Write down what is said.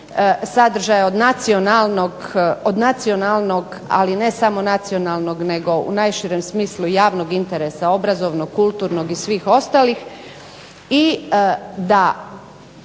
sadržaje od nacionalnog, ali ne samo nacionalnog nego u najširem smislu i javnog interesa, obrazovnog, kulturnog i svih ostalih.